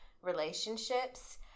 relationships